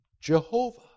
Jehovah